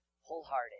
wholehearted